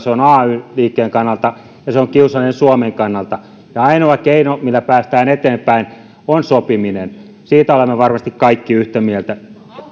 ay liikkeen kannalta ja se on kiusallinen suomen kannalta ainoa keino millä päästään eteenpäin on sopiminen siitä olemme varmasti kaikki yhtä mieltä